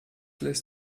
lässt